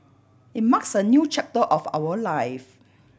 it marks a new chapter of our life